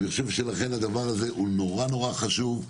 אני חושב שלכן הדבר הזה הוא נורא חשוב.